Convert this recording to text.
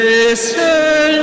Listen